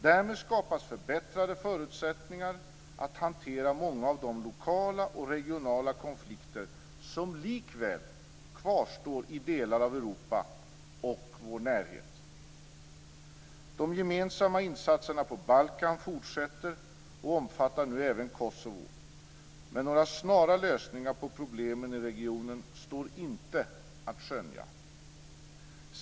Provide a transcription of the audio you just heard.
Därmed skapas förbättrade förutsättningar att hantera många av de lokala och regionala konflikter som likväl kvarstår i delar av Europa och vår närhet. De gemensamma insatserna på Balkan fortsätter och omfattar nu även Kosovo, men några snara lösningar på problemen i regionen står inte att skönja.